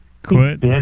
Quit